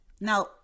Now